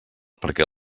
perquè